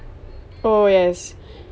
oh yes